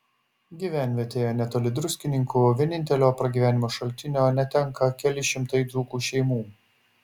gyvenvietėje netoli druskininkų vienintelio pragyvenimo šaltinio netenka keli šimtai dzūkų šeimų